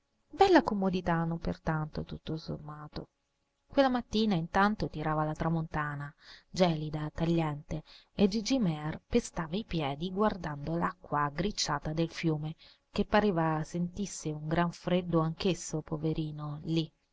bella comodità non pertanto tutto sommato quella mattina intanto tirava la tramontana gelida tagliente e gigi mear pestava i piedi guardando l'acqua aggricciata del fiume che pareva sentisse un gran freddo anch'esso poverino lì